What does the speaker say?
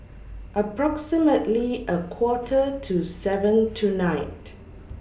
approximately A Quarter to seven tonight